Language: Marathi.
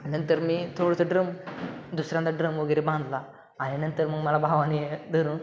नंतर मी थोडंसं ड्रम दुसऱ्यांदा ड्रम वगैरे बांधला आणि नंतर मग मला भावाने धरून